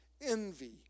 envy